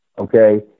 Okay